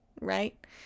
right